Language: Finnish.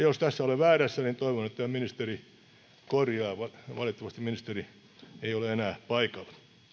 jos tässä olen väärässä niin toivon että ministeri korjaa valitettavasti ministeri ei ole enää paikalla